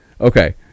Okay